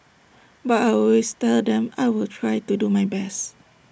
but I always tell them I will try to do my best